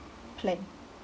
plan